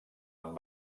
amb